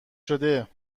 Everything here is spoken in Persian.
شده